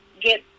get